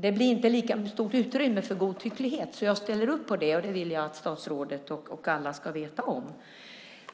mindre. Jag ställer upp på det. Det vill jag att statsrådet och alla ska veta om.